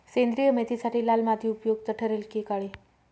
सेंद्रिय मेथीसाठी लाल माती उपयुक्त ठरेल कि काळी?